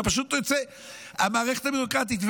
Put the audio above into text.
אתה פשוט מוצא שהמערכת ביורוקרטית.